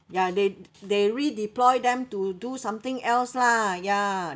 ya they they redeploy them to do something else lah ya